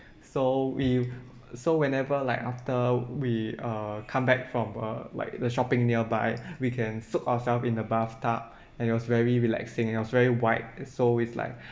so we so whenever like after we uh come back from uh like the shopping nearby we can soak ourself in the bathtub and it was very relaxing and it was very wide so is like